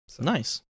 Nice